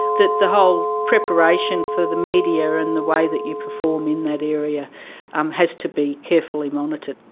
the the whole preparation for the media and the way that you perform in that area um has to be carefully monitored,